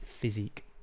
physique